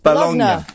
Bologna